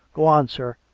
go on, sir.